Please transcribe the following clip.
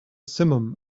simum